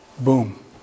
Boom